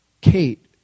Kate